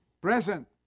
present